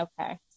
Okay